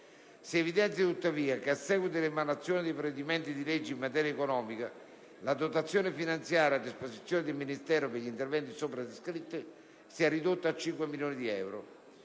Si evidenzia tuttavia che a seguito dell'emanazione dei provvedimenti di legge in materia economica, la dotazione finanziaria a disposizione del Ministero per gli interventi sopra descritti si è ridotta a 5 milioni di euro.